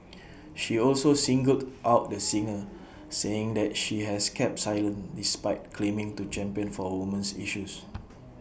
she also singled out the singer saying that she has kept silent despite claiming to champion for woman's issues